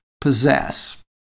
possess